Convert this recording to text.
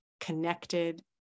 connected